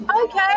Okay